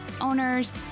owners